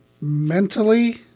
mentally